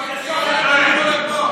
הם מנצלים את התמימות שלך ולקחו אותך.